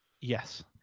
Yes